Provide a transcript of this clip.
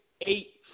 eight